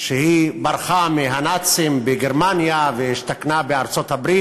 ברחה מהנאצים בגרמניה והשתכנה בארצות-הברית,